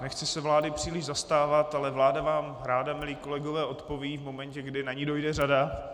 Nechci se vlády příliš zastávat, ale vláda vám, milí kolegové odpoví v momentě, kdy na ni dojde řada.